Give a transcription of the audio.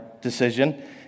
decision